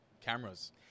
cameras